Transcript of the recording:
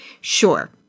Sure